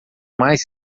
mais